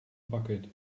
bucket